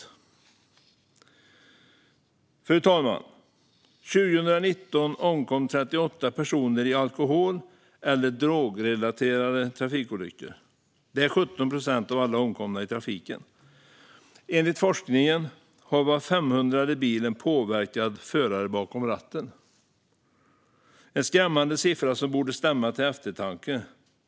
Fru talman! År 2019 omkom 38 personer i alkohol eller drogrelaterade trafikolyckor. Det är 17 procent av alla omkomna i trafiken. Enligt forskningen har var femhundrade bil en påverkad förare bakom ratten. Det är en skrämmande siffra som borde stämma till eftertanke.